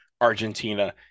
Argentina